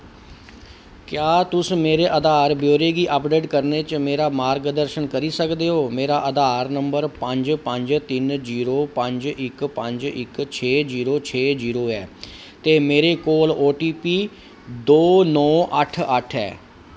क्या तुस मेरे आधार ब्यौरे गी अपडेट करने च मेरा मार्गदर्शन करी सकदे ओ मेरा आधार नंबर पंज पंज तिन्न जीरो पंज इक पंज इक छे जीरो छे जीरो ऐ ते मेरे कोल ओटीपी दो नौ अट्ठ अट्ठ ऐ